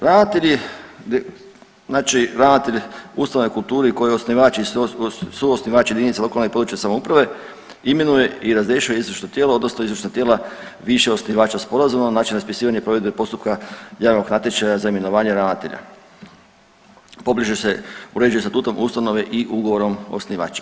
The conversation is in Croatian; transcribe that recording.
Ravnatelji, znači ravnatelji u ustanovi kulturi koji je osnivač i sve ostalo suosnivač jedinica lokalne i područne samouprave imenuje i razrješuje izvršno tijelo odnosno izvršna tijela više osnivača sporazumom, način raspisivanja i provedbe postupka javnog natječaja za imenovanje ravnatelja pobliže se uređuje statutom ustanove i ugovorom osnivača.